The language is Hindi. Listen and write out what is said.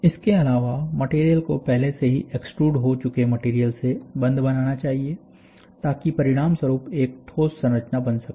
इसके अलावा मटेरियल को पहले से ही एक्स्ट्रूड हो चुके मटेरियल से बंध बनाना चाहिए ताकि परिणाम स्वरूप एक ठोस संरचना बन सके